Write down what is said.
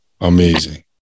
amazing